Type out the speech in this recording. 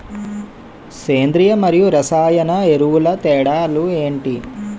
సేంద్రీయ మరియు రసాయన ఎరువుల తేడా లు ఏంటి?